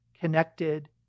connected